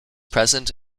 present